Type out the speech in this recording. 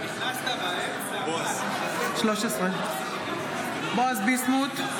בעד בועז ביסמוט,